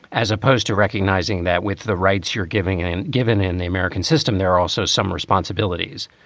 as opposed to recognizing that with the rights you're giving and given in the american system, there are also some responsibilities.